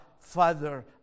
Father